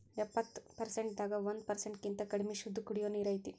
ಎಪ್ಪತ್ತು ಪರಸೆಂಟ್ ದಾಗ ಒಂದ ಪರಸೆಂಟ್ ಕಿಂತ ಕಡಮಿ ಶುದ್ದ ಕುಡಿಯು ನೇರ ಐತಿ